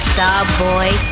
Starboy